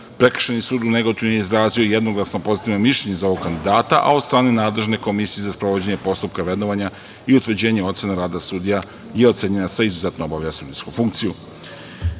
Prekršajni sud u Negotinu je izrazio jednoglasno pozitivno mišljenje za ovog kandidata, a od strane nadležne komisije za sprovođenje postupka vrednovanja i utvrđenje ocene rada sudija je ocenjena sa „izuzetno obavlja sudijsku funkciju“.Što